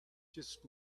just